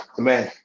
amen